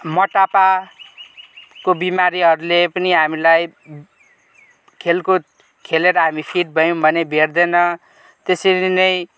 मोटापाको बिमारीहरूले पनि हामीलाई खेलकुद खेलेर हामी फिट भयौँ भने भेट्दैन त्यसरी नै